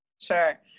sure